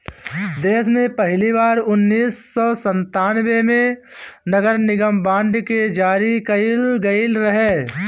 देस में पहिली बार उन्नीस सौ संतान्बे में नगरनिगम बांड के जारी कईल गईल रहे